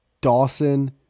Dawson